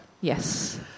Yes